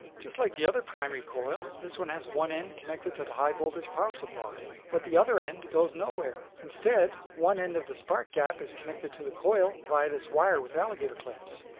just like the other primary coil, this one has one end connected to the high voltage power supply. but the other end goes nowhere. instead, one end of the spark gap is connected to the coil via this wire with alligator clips.